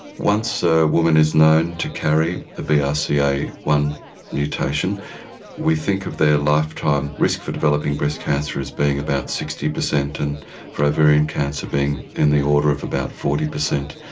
once a woman is known to carry a b r c a one mutation we think of their lifetime risk for developing breast cancer as being about sixty percent and for ovarian cancer being in the order of about forty percent.